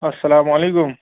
السلامُ علیکُم